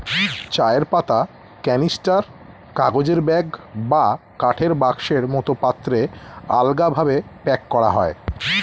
চায়ের পাতা ক্যানিস্টার, কাগজের ব্যাগ বা কাঠের বাক্সের মতো পাত্রে আলগাভাবে প্যাক করা হয়